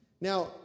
Now